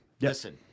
Listen